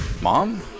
Mom